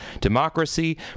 democracy